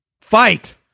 fight